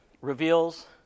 reveals